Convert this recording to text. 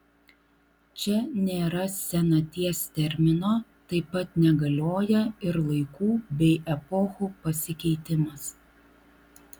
čia nėra senaties termino taip pat negalioja ir laikų bei epochų pasikeitimas